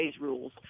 rules